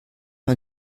man